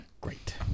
Great